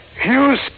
Hughes